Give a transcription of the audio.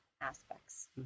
aspects